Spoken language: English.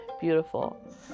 beautiful